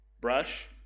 Brush